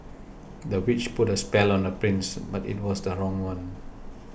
the witch put a spell on the prince but it was the wrong one